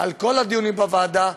על כל הדיונים בוועדה,